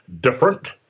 different